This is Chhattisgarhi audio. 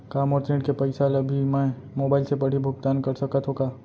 का मोर ऋण के पइसा ल भी मैं मोबाइल से पड़ही भुगतान कर सकत हो का?